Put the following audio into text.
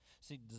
see